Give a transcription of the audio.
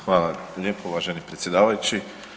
Hvala lijepo uvaženi predsjedavajući.